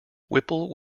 whipple